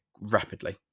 rapidly